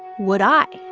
would i?